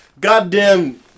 goddamn